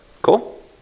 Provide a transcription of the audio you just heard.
Cool